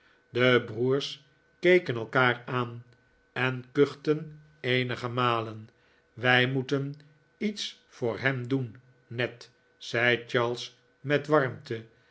de broers keken elkaar aan en kuchten eenige malen wij moeten iets voor hem doen ned zei charles met warmte